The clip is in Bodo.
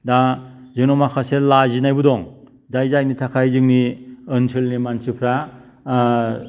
दा जोंनाव माखासे लाजिनायबो दं जाय जायनि थाखाय जोंनि ओनसोलनि मानसिफ्रा